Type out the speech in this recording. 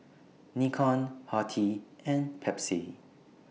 Nikon Horti and Pepsi